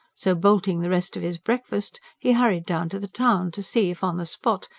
so bolting the rest of his breakfast, he hurried down to the town, to see if, on the spot,